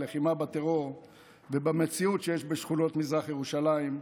בלחימה בטרור ובמציאות שיש בשכונות מזרח ירושלים,